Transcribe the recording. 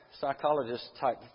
psychologist-type